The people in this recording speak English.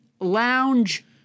lounge